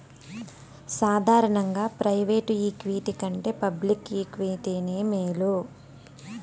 సాదారనంగా private equity కంటే public ఈక్విటీనే మేలు